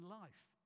life